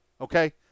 okay